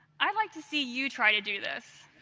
i'd like to see you try to do this.